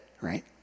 Right